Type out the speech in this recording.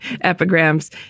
epigrams